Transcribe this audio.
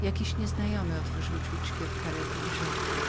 jakiś nieznajomy otworzył drzwiczki od karety i rzekł